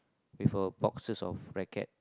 with a boxes of racket